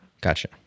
Gotcha